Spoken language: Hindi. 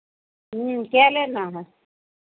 ह्म्म क्या लेना है